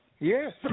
Yes